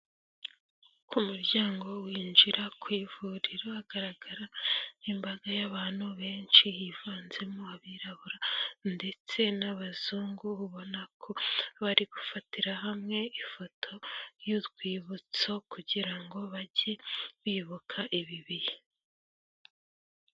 Ku muryango winjira ku ivuriro, hagaragara imbaga y'abantu benshi yivanzemo abirabura ndetse n'abazungu, ubona ko bari gufatira hamwe ifoto y'urwibutso, kugira ngo bajye bibuka ibi bihe.